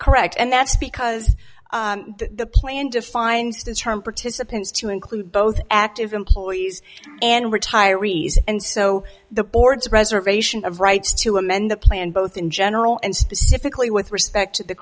correct and that's because the plan defines the term participants to include both active employees and retirees and so the board's preservation of rights to amend the plan both in general and specifically with respect to the